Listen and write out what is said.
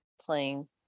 playing